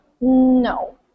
No